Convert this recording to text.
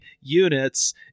units